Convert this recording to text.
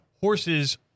horses